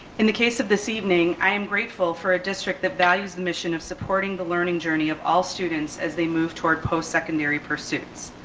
in the case of this evening, i am grateful for a district that values the mission of supporting the learning journey of all students as they move toward post-secondary pursuits.